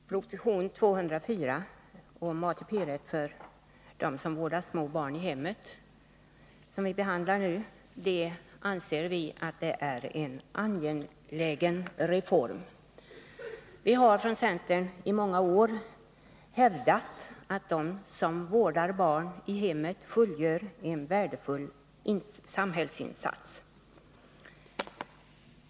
Herr talman! Vi menar att proposition 204 om ATP-rätt för föräldrar som vårdar små barn i hemmet, vilken vi behandlar nu, gäller en angelägen reform. Vi har från centern i många år hävdat att de som vårdar barn i hemmet gör en värdefull samhällsinsats.